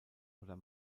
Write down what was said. oder